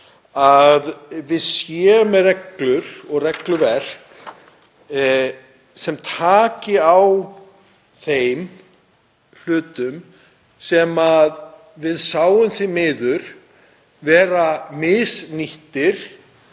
að við séum með reglur og regluverk sem tekur á þeim hlutum sem við sáum því miður vera misnotaða